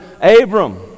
Abram